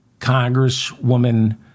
Congresswoman